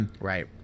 Right